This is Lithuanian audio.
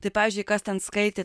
tai pavyzdžiui kas ten skaitė